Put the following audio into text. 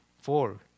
four